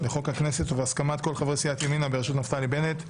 לחוק הכנסת ובהסכמת כל חברי סיעת ימנה בראשות נפתלי בנט,